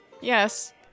Yes